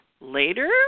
later